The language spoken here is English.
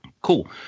Cool